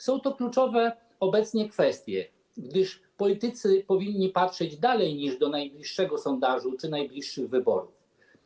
Są to obecnie kluczowe kwestie, gdyż politycy powinni patrzeć dalej niż do najbliższego sondażu czy najbliższych wyborów.